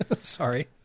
Sorry